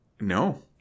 No